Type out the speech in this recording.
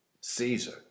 Caesar